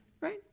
Right